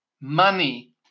money